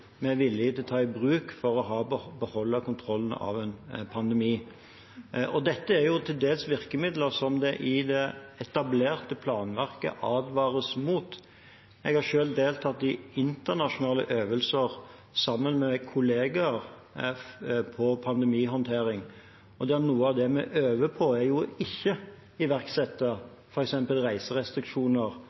vi er villig til å ta i bruk for å beholde kontrollen over en pandemi. Dette er jo til dels virkemidler som det i det etablerte planverket advares mot. Jeg har selv deltatt i internasjonale øvelser på pandemihåndtering sammen med kolleger. Noe av det vi øver på, er å ikke iverksette f.eks. reiserestriksjoner,